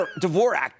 Dvorak